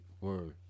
Word